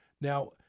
Now